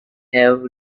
have